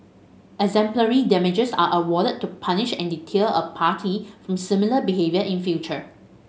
exemplary damages are awarded to punish and deter a party from similar behaviour in future